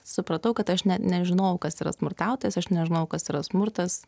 supratau kad aš ne nežinojau kas yra smurtautojas aš nežinojau kas yra smurtas